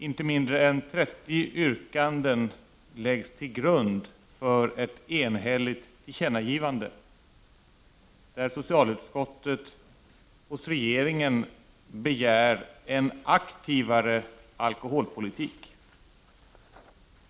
Inte mindre än 30 yrkanden läggs till grund för ett enhälligt tillkännagivande, där socialutskottet hos regeringen begär en aktivare alkoholpolitik.